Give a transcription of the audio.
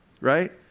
Right